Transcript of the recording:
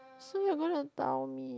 so you're gonna tell me